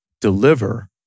deliver